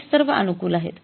ते सर्व अनुकूल आहेत